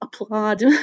applaud